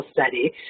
study